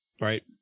right